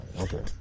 Okay